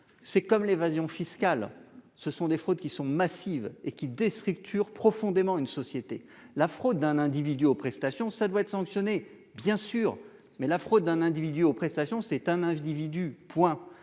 C'est comme l'évasion fiscale, ce sont des fraudes qui sont massives et qui déstructure profondément une société la fraude d'un individu au prestation, ça doit être sanctionné, bien sûr, mais la fraude d'un individu aux prestations, c'est un individu point